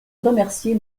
remercier